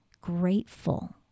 grateful